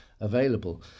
available